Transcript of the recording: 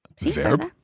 verb